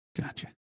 Gotcha